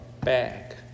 back